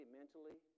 mentally